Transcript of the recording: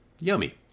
Yummy